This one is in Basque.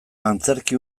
antzerki